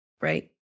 right